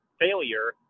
failure